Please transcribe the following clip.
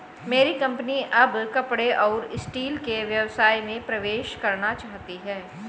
मेरी कंपनी अब कपड़े और स्टील के व्यवसाय में प्रवेश करना चाहती है